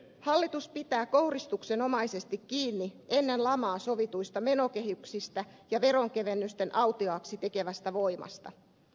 hallitus pitää kouristuksenomaisesti kiinni ennen lamaa sovituista menokehyksistä ja veronkevennysten autuaaksi tekevästä voimasta